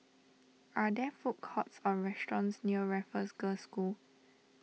are there food courts or restaurants near Raffles Girls' School